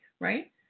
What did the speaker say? right